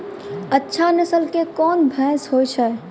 अच्छा नस्ल के कोन भैंस होय छै?